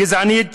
גזענית,